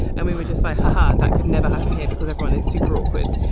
and we were just like, ha ha. that could never happen here because everyone is super awkward.